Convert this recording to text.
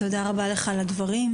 תודה רבה לך על הדברים.